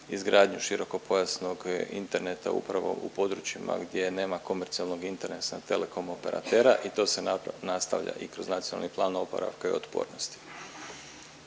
izgradnju širokopojasnog interneta upravo u područjima gdje nema komercijalnog interesa telekom operatera i to se nastavlja i kroz Nacionalni plan oporavka i otpornosti.